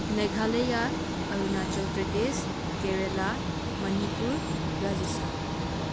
Meghalaya Arunachal Pradesh Kerala Manipur Rajasthan